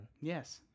Yes